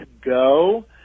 go